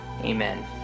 amen